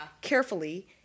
carefully